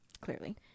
clearly